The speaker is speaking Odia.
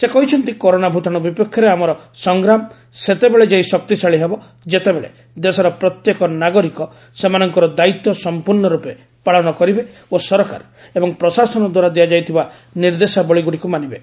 ସେ କହିଛନ୍ତି କରୋନା ଭୂତାଣୁ ବିପକ୍ଷରେ ଆମର ସଂଗ୍ରାମ ସେତେବେଳେ ଯାଇ ଶକ୍ତିଶାଳୀ ହେବ ଯେତେବେଳେ ଦେଶର ପ୍ରତ୍ୟେକ ନାଗରିକ ସେମାନଙ୍କର ଦାୟିତ୍ୱ ସମ୍ପର୍ଣ୍ଣ ରୂପେ ପାଳନ କରିବେ ଓ ସରକାର ଏବଂ ପ୍ରଶାସନ ଦ୍ୱାରା ଦିଆଯାଇଥିବା ନିର୍ଦ୍ଦେଶାବଳୀଗୁଡ଼ିକୁ ମାନିବେ